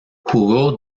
jugó